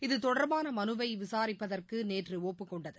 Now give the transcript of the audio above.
இது தொடர்பான மனுவை விசாரிப்பதற்கு நேற்று ஒப்புக் கொண்டது